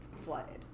flooded